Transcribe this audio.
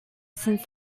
since